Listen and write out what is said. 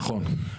נכון.